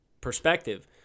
perspective